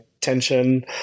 tension